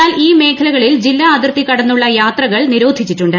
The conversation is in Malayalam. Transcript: എന്നാൽ ഈ മേഖലകളിൽ ജില്ലാ അതിർത്തി കടന്നുള്ള യാത്രകൾ നിരോധിച്ചിട്ടുണ്ട്